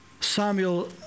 Samuel